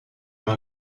dans